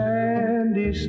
Sandy